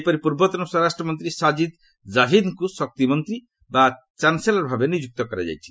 ସେହିପରି ପୂର୍ବତନ ସ୍ୱରାଷ୍ଟ୍ର ମନ୍ତ୍ରୀ ସାଜିଦ୍ କାଭିଦ୍ଙ୍କୁ ଶକ୍ତି ମନ୍ତ୍ରୀ ବା ଚାନସେଲର ଭାବେ ନିଯୁକ୍ତ କରାଯାଇଛି